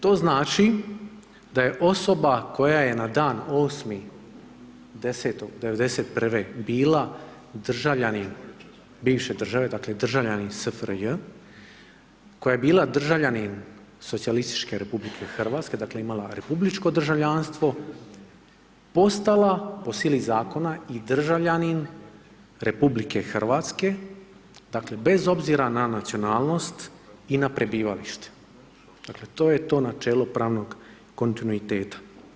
To znači da je osoba koje je na dan 08.10.1991. bila državljanin bivše države, dakle državljanin SFRJ koje je bila državljanin Socijalističke republike Hrvatske dakle imala republičko državljanstvo, postala po sili zakona i državljanin RH, dakle bez obzira na nacionalnost i na prebivalište, dakle to je to načelo pravnog kontinuiteta.